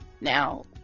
now